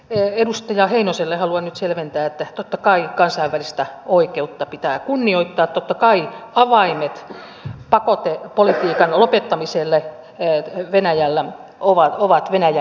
edustaja heinoselle haluan nyt selventää että totta kai kansainvälistä oikeutta pitää kunnioittaa totta kai avaimet pakotepolitiikan lopettamiselle venäjällä ovat venäjän käsissä